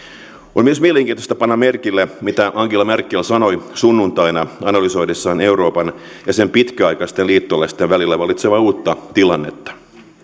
on myös mielenkiintoista panna merkille mitä angela merkel sanoi sunnuntaina analysoidessaan euroopan ja sen pitkäaikaisten liittolaisten välillä vallitsevaa uutta tilannetta